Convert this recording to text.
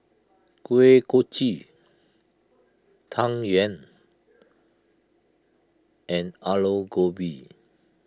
Kuih Kochi Tang Yuen and Aloo Gobi